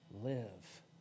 live